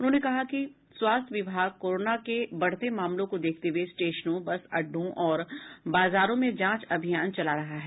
उन्होंने कहा कि स्वास्थ्य विभाग कोरोना के बढ़ते मामलों को देखते हुए स्टेशनों बस अड्डों और बाजारों में जांच अभियान चला रहा है